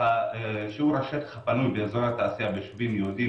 שיעור השטח הפנוי באזורי תעשייה ביישובים יהודים